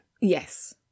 Yes